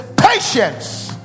patience